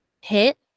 hit